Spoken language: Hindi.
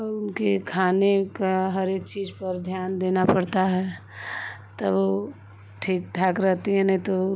और उनके खाने का हरेक चीज पर ध्यान देना पड़ता है तब वो ठीक ठाक रहती हैं नहीं तो